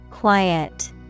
Quiet